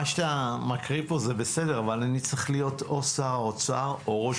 מה שאתה מקריא פה זה בסדר אבל אני צריך להיות או שר האוצר או ראש